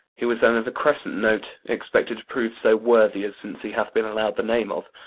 he was then of a crescent note, expected to prove so worthy as since he hath been allowed the name of.